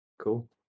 Cool